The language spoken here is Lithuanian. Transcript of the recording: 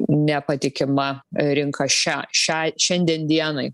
nepatikima rinka šią šiai šiandien dienai